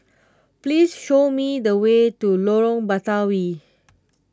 please show me the way to Lorong Batawi